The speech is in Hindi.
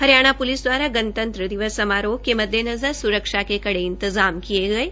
हरियाणा प्लिस द्वारा गणतंत्र दिवस समारोह के मद्देनज़र स्रक्षा के कड़े इंतजाम किये गये